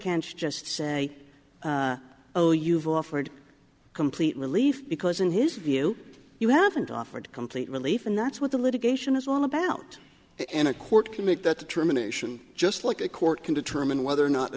can't just say oh you've offered complete relief because in his view you haven't offered complete relief and that's what the litigation is all about and a court can make that determination just like a court can determine whether or not